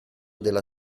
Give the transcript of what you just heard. della